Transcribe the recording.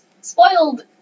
spoiled